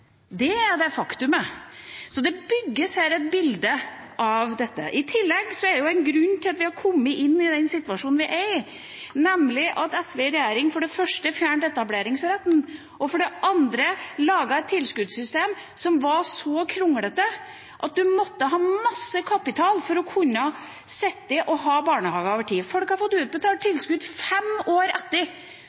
Det er et faktum. Så det bygges her et bilde av dette. I tillegg er det jo en grunn til at vi har kommet i den situasjonen vi er i, nemlig at SV i regjering for det første fjernet etableringsretten og for det andre laget et tilskuddssystem som var så kronglete at en måtte ha masse kapital for å kunne ha barnehager over tid. Folk har fått utbetalt tilskudd fem år etter,